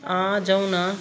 अँ जाऔँ न